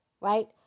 right